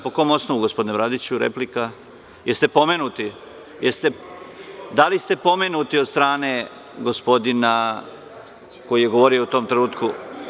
Po kom osnovu, gospodine Bradiću? (Blagoje Bradić, s mesta: Replika.) Da li ste pomenuti od strane gospodina koji je govorio u tom trenutku?